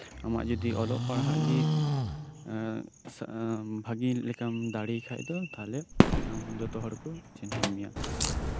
ᱟᱢᱟᱜ ᱡᱚᱫᱤ ᱚᱞᱚᱜ ᱯᱟᱲᱦᱟᱜ ᱜᱮ ᱵᱷᱟᱹᱜᱤ ᱞᱮᱠᱟᱢ ᱫᱟᱲᱮᱭᱟᱜ ᱠᱷᱟᱱ ᱫᱚ ᱛᱟᱦᱞᱮ ᱟᱢ ᱡᱚᱛᱚ ᱦᱚᱲ ᱠᱚ ᱪᱤᱱᱦᱟᱹᱣ ᱢᱮᱭᱟ